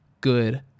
good